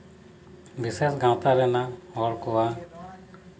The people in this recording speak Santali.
ᱵᱤᱥᱮᱥ ᱜᱟᱶᱛᱟ ᱨᱮᱱᱟᱜ ᱦᱚᱲ ᱠᱚᱣᱟᱜ